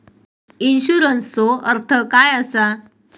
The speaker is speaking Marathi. इन्शुरन्सचो अर्थ काय असा?